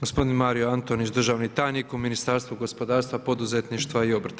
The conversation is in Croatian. Gospodin Mario Antonić državni tajnik u Ministarstvu gospodarstva, poduzetništva i obrta.